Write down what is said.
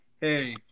Hey